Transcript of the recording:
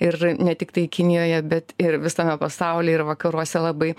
ir ne tiktai kinijoje bet ir visame pasaulyje ir vakaruose labai